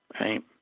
right